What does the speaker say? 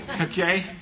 Okay